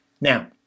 Now